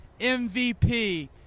MVP